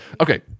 Okay